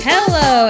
Hello